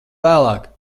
vēlāk